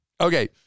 Okay